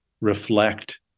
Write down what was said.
reflect